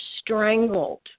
strangled